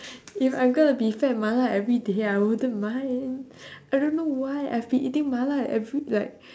if I'm gonna be fat mala everyday I wouldn't mind I don't know why I've been eating mala every like